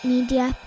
Media